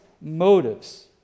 motives